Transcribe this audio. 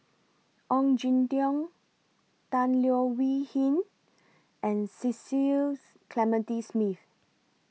Ong Jin Teong Tan Leo Wee Hin and Cecil Clementi Smith